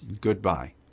Goodbye